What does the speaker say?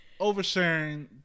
oversharing